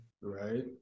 Right